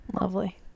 Lovely